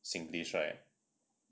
singlish right